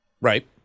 right